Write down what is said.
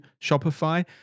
Shopify